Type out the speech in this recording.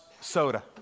soda